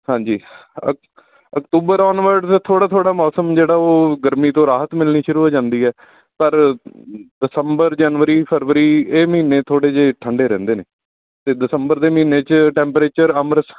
ਹਾਂਜੀ ਅਕ ਅਕਤੂਬਰ ਆਨਵਰਡ ਥੋੜ੍ਹਾ ਥੋੜ੍ਹਾ ਮੌਸਮ ਜਿਹੜਾ ਉਹ ਗਰਮੀ ਤੋਂ ਰਾਹਤ ਮਿਲਣੀ ਸ਼ੁਰੂ ਹੋ ਜਾਂਦੀ ਹੈ ਪਰ ਦਸੰਬਰ ਜਨਵਰੀ ਫਰਵਰੀ ਇਹ ਮਹੀਨੇ ਥੋੜ੍ਹੇ ਜਿਹੇ ਠੰਡੇ ਰਹਿੰਦੇ ਨੇ ਅਤੇ ਦਸੰਬਰ ਦੇ ਮਹੀਨੇ 'ਚ ਟੈਂਪਰੇਚਰ ਅੰਮ੍ਰਿਤ